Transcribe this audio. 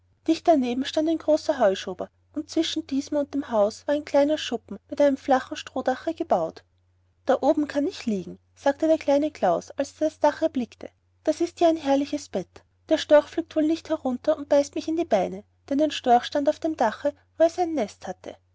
dicht daneben stand ein großer heuschober und zwischen diesem und dem hause war ein kleiner schuppen mit einem flachen strohdache gebaut da oben kann ich liegen sagte der kleine klaus als er das dach erblickte das ist ja ein herrliches bett der storch fliegt wohl nicht herunter und beißt mich in die beine denn ein storch stand auf dem dache wo er sein nest hatte